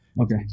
okay